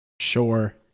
Sure